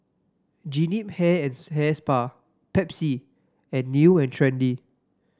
Jean Yip Hair and Hair Spa Pepsi and New And Trendy